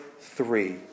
three